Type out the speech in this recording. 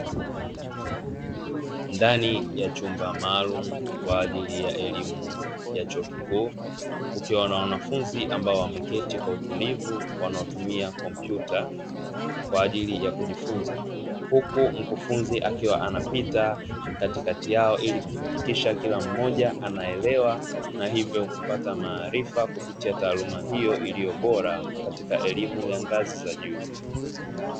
Ndani ya chumba maalumu kwa ajili ya elimu ya chuo kikuu, kukiwa na wanafunzi ambao wameketi kwa utulivu wanaotumia kompyuta kwa ajili ya kujifunza, huku mkufunzi akiwa anapita katikati yao ili kuhakikisha kila mmoja anaelewa na hivyo kupata maarifa kupitia taaluma hiyo iliyobora katika elimu ya ngazi za juu.